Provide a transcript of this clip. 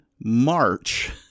March